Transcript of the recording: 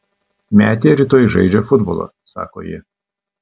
metė rytoj žaidžia futbolą sako ji